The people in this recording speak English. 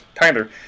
tyler